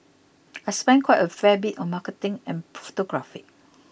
I spend quite a fair bit on marketing and photography